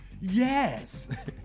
Yes